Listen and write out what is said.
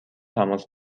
تماس